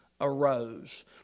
arose